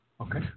Okay